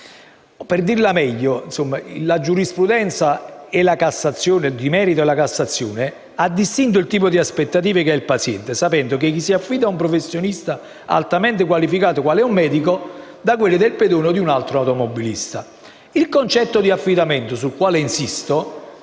Per meglio dire, la giurisprudenza, di merito e di Cassazione, ha distinto il tipo di aspettative che ha il paziente, sapendo che si affida ad un professionista altamente qualificato quale è un medico, da quelle del pedone o di un altro automobilista. Il concetto di affidamento elaborato